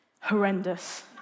horrendous